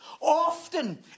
often